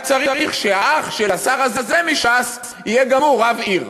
היה צריך שהאח של השר הזה מש"ס יהיה גם הוא רב עיר,